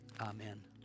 amen